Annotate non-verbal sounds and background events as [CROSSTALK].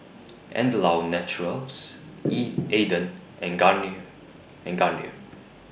[NOISE] Andalou Naturals [NOISE] E Aden and Curry and Garnier